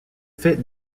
fait